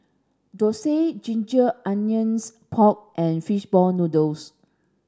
dosa ginger onions pork and fish ball noodles